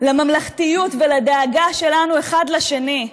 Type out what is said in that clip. לממלכתיות ולדאגה שלנו אחד לשני.